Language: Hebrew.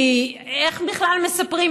כי איך בכלל מספרים,